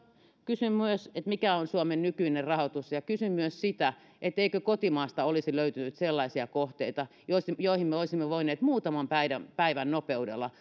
kysyn myös mikä on suomen nykyinen rahoitus ja ja kysyn myös eikö kotimaasta olisi löytynyt sellaisia kohteita joihin joihin me olisimme voineet muutaman päivän päivän nopeudella